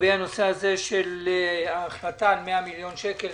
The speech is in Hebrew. לגבי הנושא הזה של ההחלטה על 100 מיליון שקלים